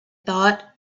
thought